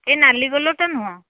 ଏ ନାଲି କଲର୍ଟା ନୁହଁ